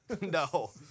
No